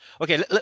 Okay